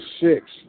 six